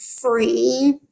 free